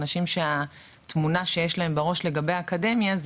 אנשים שהתמונה שיש להם בראש לגבי אקדמיה היא